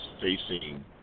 facing